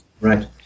right